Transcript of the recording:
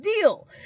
deal